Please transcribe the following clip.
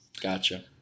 Gotcha